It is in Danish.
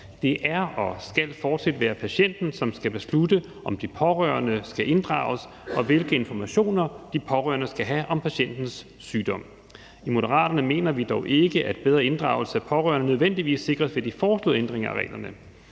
Det er og skal fortsat være patienten, som skal beslutte, om de pårørende skal inddrages, og hvilke informationer de pårørende skal have om patientens sygdom. I Moderaterne mener vi dog ikke, at bedre inddragelse af pårørende nødvendigvis sikres ved de foreslåede ændringer af reglerne.